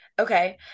Okay